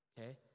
okay